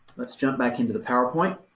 let's jump back into the power point.